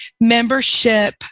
membership